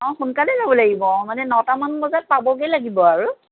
অঁ সোনকালে যাব লাগিব মানে নটামান বজাত পাবগৈ লাগিব আৰু